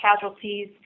casualties